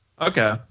Okay